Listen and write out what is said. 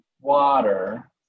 water